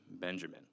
Benjamin